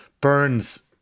Burns